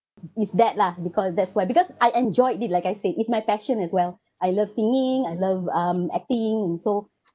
is that lah because that's why because I enjoyed it like I said it's my passion as well I love singing I love um acting and so